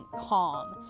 calm